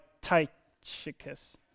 Tychicus